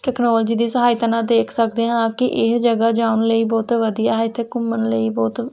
technology ਦੀ ਸਹਾਇਤਾ ਨਾਲ ਦੇਖ ਸਕਦੇ ਹਾਂ ਕਿ ਇਹ ਜਗ੍ਹਾ ਜਾਣ ਲਈ ਬਹੁਤ ਵਧੀਆ ਹੈ ਅਤੇ ਘੁੰਮਣ ਲਈ ਬਹੁਤ